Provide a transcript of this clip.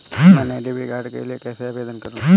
मैं नए debit card के लिए कैसे आवेदन करूं?